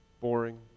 boring